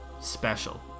special